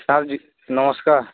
sir ji ନମସ୍କାର